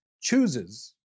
chooses